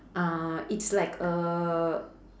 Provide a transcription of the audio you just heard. uh it's like a